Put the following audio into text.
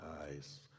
eyes